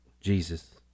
Jesus